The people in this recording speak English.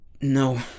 No